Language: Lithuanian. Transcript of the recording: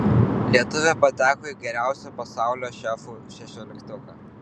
lietuvė pateko į geriausių pasaulio šefų šešioliktuką